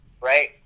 right